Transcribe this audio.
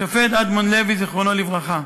השופט אדמונד לוי, זיכרונו לברכה.